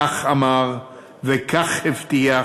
כך אמר וכך הבטיח